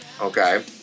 Okay